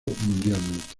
mundialmente